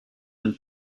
and